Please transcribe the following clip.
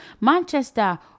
Manchester